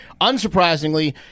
unsurprisingly